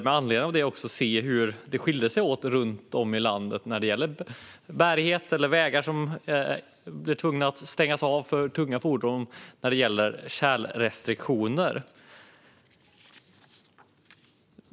Med anledning av detta besök ville jag se hur det skiljer sig åt runt om i landet vad gäller bärighet och vägar som stängs av för tunga fordon på grund av tjälrestriktioner.